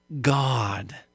God